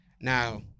Now